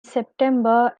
september